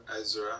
Ezra